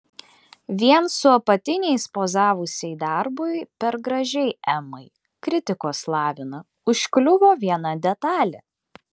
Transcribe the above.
vien su apatiniais pozavusiai darbui per gražiai emai kritikos lavina užkliuvo viena detalė